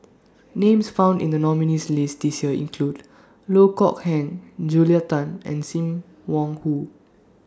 Names found in The nominees' list This Year include Loh Kok Heng Julia Tan and SIM Wong Hoo